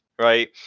right